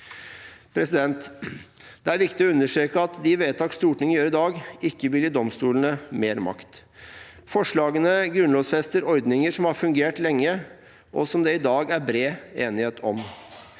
Det er viktig å understreke at de vedtak Stortinget gjør i dag, ikke vil gi domstolene mer makt. Forslagene grunnlovfester ordninger som har fungert lenge, og som det i dag er bred enighet om.